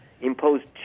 imposed